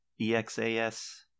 E-X-A-S